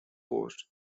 coast